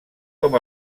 com